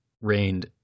reigned